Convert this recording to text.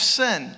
sin